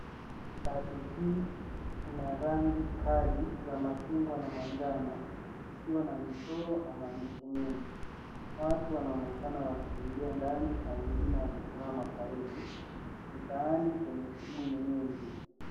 Matatu hii ina rangi kali za machungwa na manjano ikiwa na michoro na maandishi mengi. Watu wanaonekana wakiingia ndani na wengine wamesimama saruji. Mitaani penye shughuli nyingi.